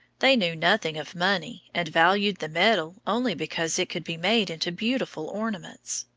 they knew nothing of money, and valued the metal only because it could be made into beautiful ornaments.